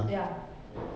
ya